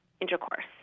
intercourse